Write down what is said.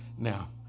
Now